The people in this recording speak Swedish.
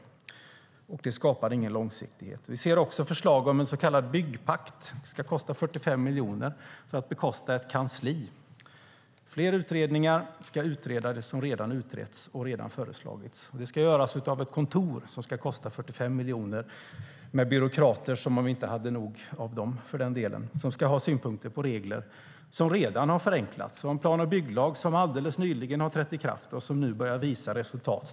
De skapar ingen långsiktighet. Vi ser också förslag om en så kallad byggpakt, som ska kosta 45 miljoner, för att bekosta ett kansli. Fler utredningar ska utreda det som redan utretts och redan föreslagits, och det ska göras av ett kontor, som ska kosta 45 miljoner, med byråkrater - som om vi inte hade nog av dem för den delen - som ska ha synpunkter på regler som redan har förenklats. Vi har en plan och bygglag som alldeles nyligen har trätt i kraft och som nu börjar visa resultat.